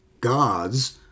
God's